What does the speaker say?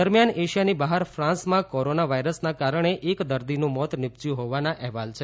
દરમિયાન એશિયાની બહાર ફાન્સમાં કોરોના વાઈરસના કારણે એક દર્દીનું મોત નિપજ્યું હોવાના અહેવાલ છે